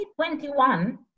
2021